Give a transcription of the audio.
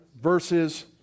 verses